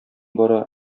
бара